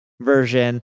version